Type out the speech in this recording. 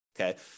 okay